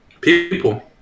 People